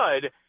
good